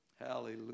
Hallelujah